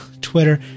Twitter